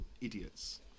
idiots